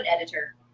editor